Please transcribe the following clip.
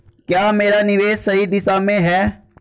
क्या मेरा निवेश सही दिशा में है?